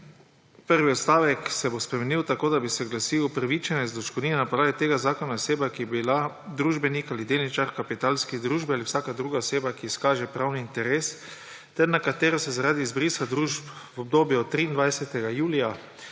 prvi odstavek, se bo spremenil tako, da bi se glasil: upravičenec do odškodnine na podlagi tega zakona je oseba, ki je bila družbenik ali delničar kapitalske družbe ali vsaka druga oseba, ki izkaže pravni interes ter na katero so zaradi izbrisa družb v obdobju od 23. julija